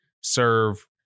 serve